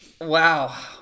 Wow